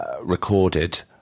recorded